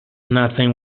nothing